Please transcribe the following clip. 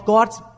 God's